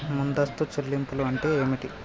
ముందస్తు చెల్లింపులు అంటే ఏమిటి?